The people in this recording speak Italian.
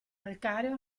calcareo